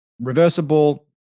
Reversible